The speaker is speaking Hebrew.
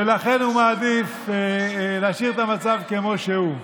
ולכן הוא מעדיף להשאיר את המצב כמו שהוא.